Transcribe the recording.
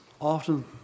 often